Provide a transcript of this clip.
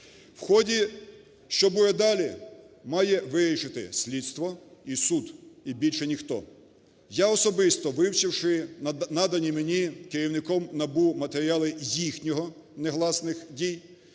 В ході, що буде далі, має вирішити слідство і суд, і більше ніхто. Я особисто, вивчивши надані мені керівником матеріали їхніх негласних дій,